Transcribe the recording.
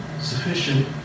sufficient